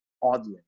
audience